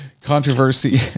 controversy